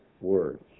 words